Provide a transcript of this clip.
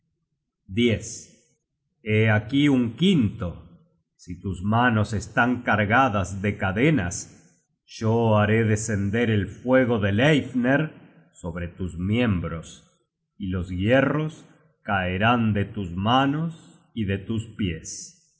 hé aquí un quinto si tus manos están cargadas de cadenas yo haré descender el fuego de leifner sobre tus miembros y los hierros caerán de tus manos y de tus pies